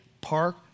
park